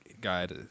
guide